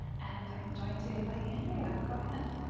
and i am joined today by andrea, go ahead.